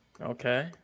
Okay